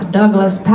Douglas